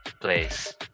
place